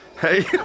Hey